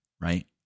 Right